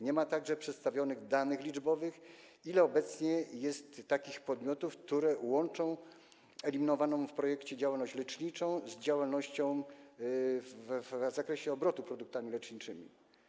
Nie ma także przedstawionych danych liczbowych, ile obecnie jest takich podmiotów, które łączą, co jest eliminowane w projekcie, działalność leczniczą z działalnością w zakresie obrotu produktami leczniczymi.